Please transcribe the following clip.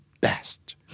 best